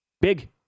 Big